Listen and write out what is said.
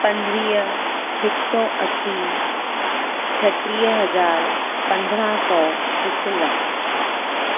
पंजवीह हिक सौ असी छटीह हज़ार पंद्रहं सौ हिकु लखु